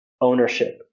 ownership